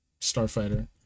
starfighter